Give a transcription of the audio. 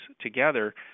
together